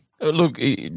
Look